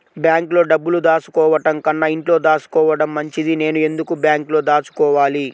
బ్యాంక్లో డబ్బులు దాచుకోవటంకన్నా ఇంట్లో దాచుకోవటం మంచిది నేను ఎందుకు బ్యాంక్లో దాచుకోవాలి?